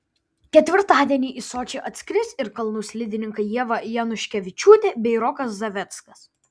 ketvirtadienį į sočį atskris ir kalnų slidininkai ieva januškevičiūtė bei rokas zaveckas